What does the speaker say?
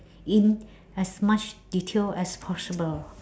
in as much detail as possible